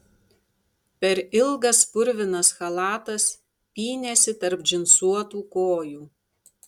per ilgas purvinas chalatas pynėsi tarp džinsuotų kojų